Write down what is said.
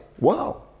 Wow